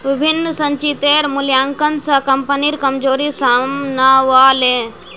विभिन्न संचितेर मूल्यांकन स कम्पनीर कमजोरी साम न व ले